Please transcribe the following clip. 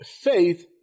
faith